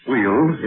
Wheels